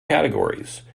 categories